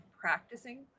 practicing